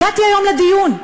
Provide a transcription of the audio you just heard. הגעתי היום לדיון,